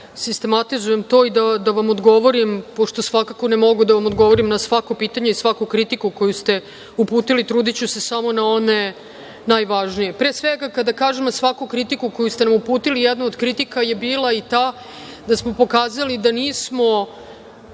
da sistematizujem to i da vam odgovorim, pošto svakako ne mogu da vam odgovorim na svako pitanje i svaku kritiku koju ste uputili, trudiću se samo na one najvažnije. Pre svega, kada kažemo svaku kritiku koju ste nam uputili, jedna od kritika je bila i ta da smo pokazali da nismo